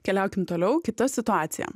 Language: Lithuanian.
keliaukim toliau kita situacija